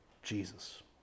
jesus